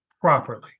properly